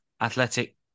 Athletic